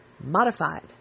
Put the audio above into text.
modified